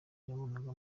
babanaga